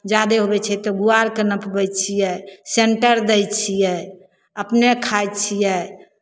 जादे होइ छै तऽ गुआरके नपबै छियै सेंटर दै छियै अपने खाइ छियै